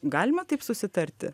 galima taip susitarti